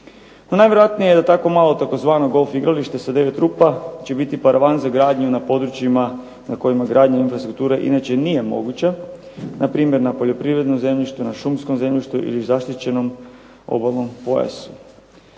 najvjerojatnije da tako malo tzv. golf igralište sa 9 rupa će biti paravan za gradnju na područjima na kojima gradnju infrastrukture inače nije moguća, npr. na poljoprivrednom zemljištu, na šumskom zemljištu ili zaštićenom obalnom pojasu.